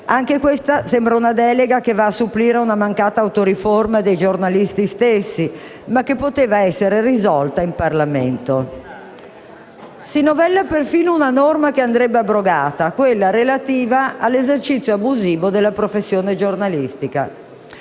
Anche questa sembra una delega che va a supplire ad una mancata auto riforma degli stessi giornalisti, ma che poteva essere risolta in Parlamento. Si novella persino una norma che andrebbe abrogata, quella relativa all'esercizio abusivo della professione giornalistica.